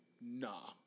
Nah